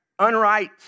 unright